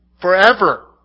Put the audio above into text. Forever